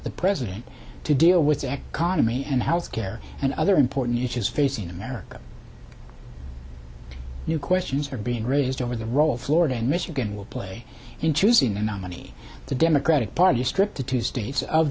the president to deal with the economy and health care and other important issues facing america new questions are being raised over the role of florida and michigan will play in choosing the nominee the democratic party stripped to two states of